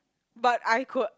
but I could